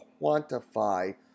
quantify